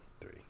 three